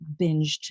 binged